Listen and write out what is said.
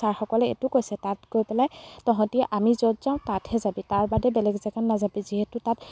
ছাৰসকলে এইটো কৈছে তাত গৈ পেলাই তহঁতি আমি য'ত যাওঁ তাতহে যাবি তাৰবাদে বেলেগ জেগাত নাযাবি যিহেতু তাত